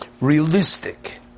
realistic